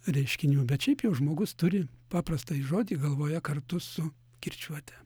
reiškinių bet šiaip jau žmogus turi paprastąjį žodį galvoje kartu su kirčiuote